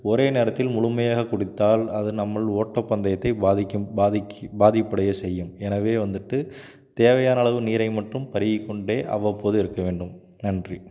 ஒரே நேரத்தில் முழுமையாக குடித்தால் அது நம்மல் ஓட்டப்பந்தயத்தைப் பாதிக்கும் பாதிக்கி பாதிப்படைய செய்யும் எனவே வந்துவிட்டு தேவையான அளவு நீரை மட்டும் பருகிக் கொண்டே அவ்வப்போது இருக்க வேண்டும் நன்றி